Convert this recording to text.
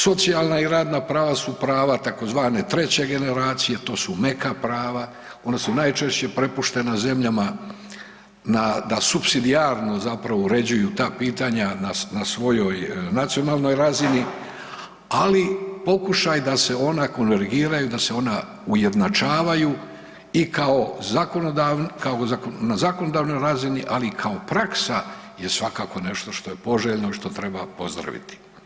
Socijalna i radna prava su prava tzv. treće generacije, to su neka prava, ona su najčešće prepuštena zemljama da supsidijarno zapravo uređuju ta pitanja na svojoj nacionalnoj razini, ali pokušaj da se ona konvergiraju, da se ona ujednačavaju i kao na zakonodavnoj razini, ali i kao praksa je svakako nešto što je poželjno i što treba pozdraviti.